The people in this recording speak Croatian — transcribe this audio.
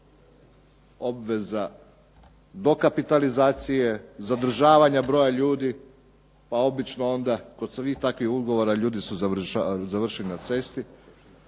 obveza dokapitalizacije, zadržavanja broja ljudi, pa obično onda kod svih takvih ugovora ljudi su završili na cesti,